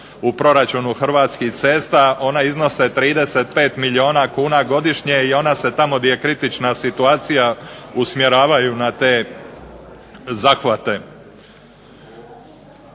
u proračunu Hrvatskih cesta, ona iznose 35 milijuna kuna godišnje i ona se tamo gdje je kritična situacija usmjeravaju na te zahvate.